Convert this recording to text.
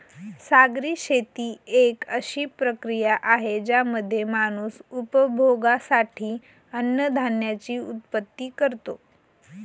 सागरी शेती एक अशी प्रक्रिया आहे ज्यामध्ये माणूस उपभोगासाठी अन्नधान्याची उत्पत्ति करतो